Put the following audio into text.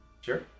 Sure